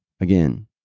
Again